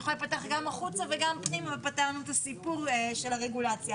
יכולה להיפתח גם החוצה וגם פנימה ופתרנו את הסיפור של הרגולציה.